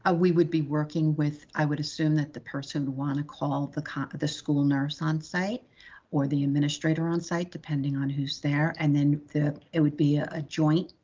ah we would be working with, i would assume that the person want to call the kind of the school nurse onsite or the administrator onsite, depending on who's there. and then it would be a ah joint